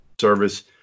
service